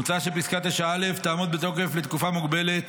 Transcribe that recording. מוצע שפסקה (9א) תעמוד בתוקף לתקופה מוגבלת